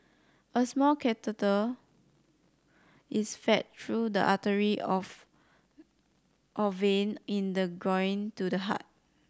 a small catheter is fed through the artery off or vein in the groin to the heart